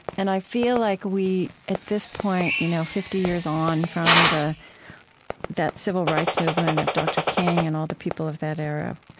and i feel like we, at this point, you know fifty years on from the that civil rights movement of dr. king and all the people of that era,